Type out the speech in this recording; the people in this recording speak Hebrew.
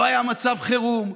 לא היה מצב חירום,